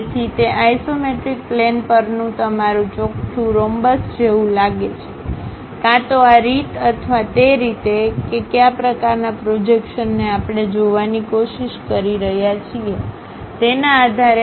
તેથી તે isometric plane પરનું તમારું ચોકઠું રોમ્બસ જેવું લાગે છે કાં તો આ રીત અથવા તે રીતે કે કયા પ્રકારનાં પ્રોજેક્શન ને આપણે જોવાની કોશિશ કરી રહ્યા છીએ તેના આધારે